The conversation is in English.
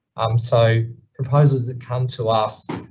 um, so proposals that come to us,